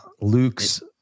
Luke's